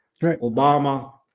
Obama